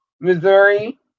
Missouri